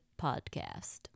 podcast